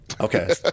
Okay